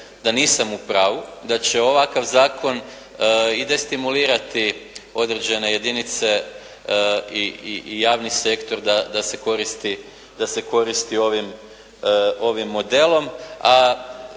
da nisam u pravu da će ovakav zakon i destimulirati određene jedinice i javni sektor da se koristi ovim modelom,